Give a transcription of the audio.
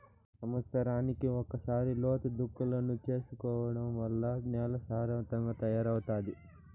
సమత్సరానికి ఒకసారి లోతు దుక్కులను చేసుకోవడం వల్ల నేల సారవంతంగా తయారవుతాది